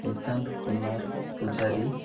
Nishant Kumar Pujari